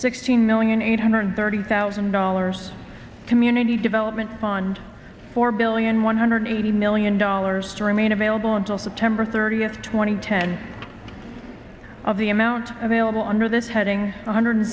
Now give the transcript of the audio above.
sixteen million eight hundred thirty thousand dollars community development fund four billion one hundred eighty million dollars to remain available until september thirtieth two thousand and ten of the amount available under this heading one hundred